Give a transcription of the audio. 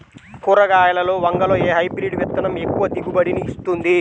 కూరగాయలలో వంగలో ఏ హైబ్రిడ్ విత్తనం ఎక్కువ దిగుబడిని ఇస్తుంది?